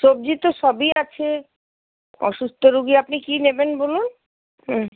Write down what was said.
সবজি তো সবই আছে অসুস্থ রোগী আপনি কি নেবেন বলুন